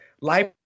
life